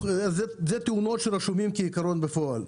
אלה תאונות שבעיקרון רשומות בפועל.